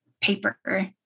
paper